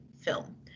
film